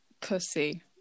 pussy